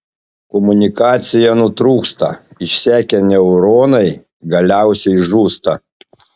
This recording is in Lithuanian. komunikacija nutrūksta išsekę neuronai galiausiai žūsta